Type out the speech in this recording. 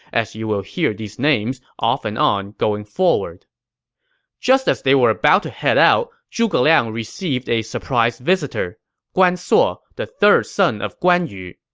as you will hear these names off and on going forward just as they were about to head out, zhuge liang received a surprise visitor guan suo, the third son of guan yu.